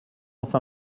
enfin